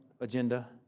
agenda